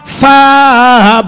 far